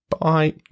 Bye